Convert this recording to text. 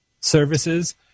services